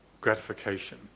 gratification